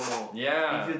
ya